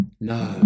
No